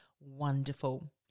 wonderful